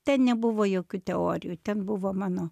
ten nebuvo jokių teorijų ten buvo mano